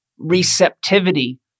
receptivity